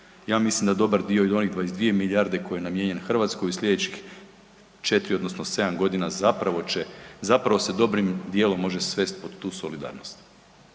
Ja mislim da dobar dio i onih 22 milijarde koji je namijenjen Hrvatskoj u slijedećih 4 odnosno 7 godina zapravo će, zapravo se dobrim dijelom može svesti pod tu solidarnost.